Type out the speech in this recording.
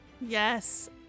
Yes